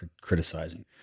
criticizing